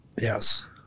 Yes